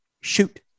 shoot